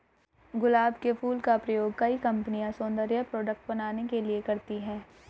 गुलाब के फूल का प्रयोग कई कंपनिया सौन्दर्य प्रोडेक्ट बनाने के लिए करती है